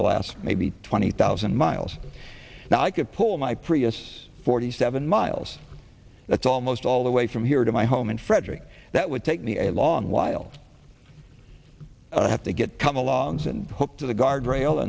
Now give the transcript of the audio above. the last maybe twenty thousand miles now i could pull my prius forty seven miles that's almost all the way from here to my home in fredrick that would take me a long while to have to get come along and hook to the guardrail